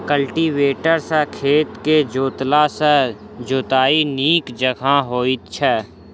cultivator सॅ खेत के जोतला सॅ जोताइ नीक जकाँ होइत छै